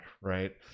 right